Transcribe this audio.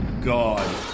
God